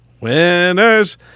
Winners